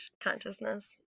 consciousness